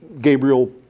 Gabriel